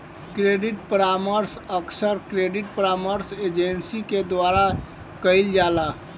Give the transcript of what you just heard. credit परामर्श अक्सर credit परामर्श एजेंसी के द्वारा कईल जाला